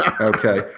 okay